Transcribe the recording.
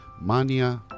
Mania